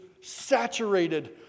saturated